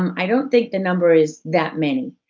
um i don't think the number is that many.